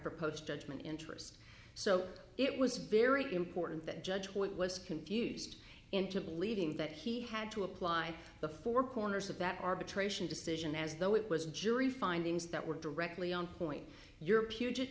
for post judgment interest so it was very important that judge hoyt was confused into believing that he had to apply the four corners of that arbitration decision as though it was a jury findings that were directly on point your puget